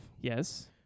Yes